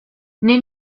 nel